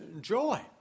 joy